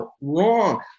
Wrong